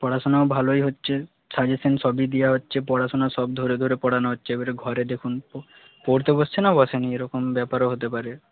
পড়াশোনাও ভালোই হচ্ছে সাজেশান সবই দেওয়া হচ্ছে পড়াশোনা সব ধরে ধরে পড়ানো হচ্ছে এবারে ঘরে দেখুন পড়তে বসছে না বসে নি এরকম ব্যাপারও হতে পারে